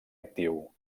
actiu